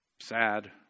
sad